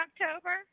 October